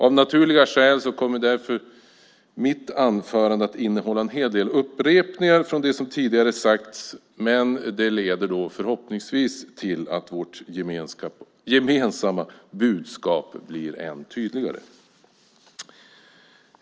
Av naturliga skäl kommer därför mitt anförande att innehålla en hel del upprepningar av det som tidigare har sagts, men det leder förhoppningsvis till att vårt gemensamma budskap blir ännu tydligare.